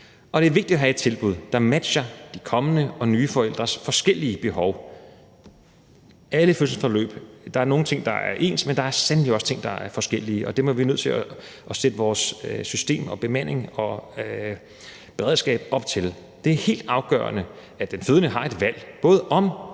Og det er vigtigt at have et tilbud, der matcher de kommende og nye forældres forskellige behov. Der er nogle ting, der er ens i fødselsforløbene, men der er sandelig også ting, der er forskellige, og dem er vi nødt til at sætte vores system og bemanding og beredskab op til. Det er helt afgørende, at den fødende har et valg, både om og hvornår